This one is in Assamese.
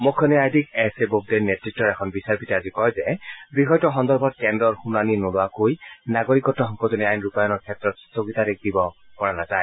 মূখ্য ন্যায়াধীশ এছ এ বোবদেৰ নেতৃত্বৰ এখন বিচাৰপীঠে আজি কয় যে বিষয়টো সন্দৰ্ভত কেন্দ্ৰৰ শুনানি নোলোৱাকৈ নাগৰিকত্ব সংশোধনী আইন ৰূপায়ণৰ ক্ষেত্ৰত স্থগিতাদেশ দিব পৰা নাযায়